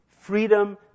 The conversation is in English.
freedom